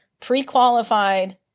pre-qualified